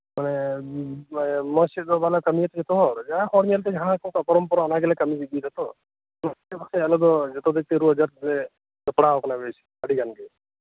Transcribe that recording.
ᱢᱟᱱᱮ ᱢᱚᱪᱥᱮᱫ ᱫᱚ ᱵᱟᱞᱮ ᱠᱟᱹᱢᱤᱭᱟᱛᱚ ᱡᱚᱛᱚᱦᱚᱲ ᱡᱟᱦᱟᱸ ᱦᱚᱲᱧᱮᱞᱛᱮ ᱡᱟᱦᱟᱸ ᱠᱩ ᱯᱚᱨᱚᱢ ᱯᱚᱨᱟ ᱚᱱᱟᱜᱮᱞᱮ ᱠᱟᱹᱢᱤ ᱤᱫᱤᱭᱮᱫᱟ ᱛᱚ ᱱᱚᱣᱟ ᱛᱮᱜᱮ ᱵᱟᱥᱮᱡ ᱟᱞᱮᱫᱚ ᱡᱚᱛᱚ ᱫᱤᱠᱫᱤᱭᱮ ᱟᱹᱰᱤ ᱟᱴᱞᱮ ᱥᱟᱯᱲᱟᱣ ᱟᱠᱟᱱᱟ ᱵᱮᱥ ᱟᱹᱰᱤᱜᱟᱱᱜᱤ